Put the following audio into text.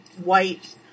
white